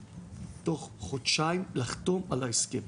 תוך חודשיים לחתום את ההסכם,